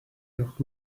noch